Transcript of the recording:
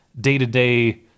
day-to-day